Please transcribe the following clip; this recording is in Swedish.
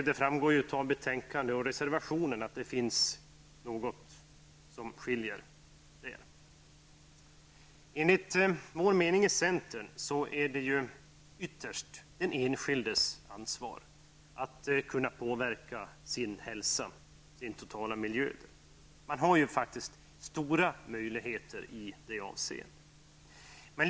Det framgår av betänkandet och av reservationerna att det skiljer sig något här. Enligt vår mening i centern är det ytterst den enskildes ansvar att påverka sin hälsa och sin totala miljö. Man har faktiskt stora möjligheter i det avseendet.